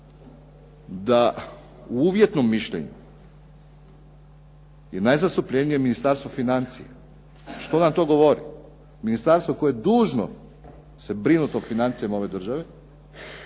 da u uvjetnom mišljenju je najzastupljenije Ministarstvo financija. Što nam to govori? Ministarstvo koje je dužno se brinuti o financijama ove države